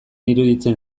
iruditzen